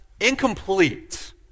incomplete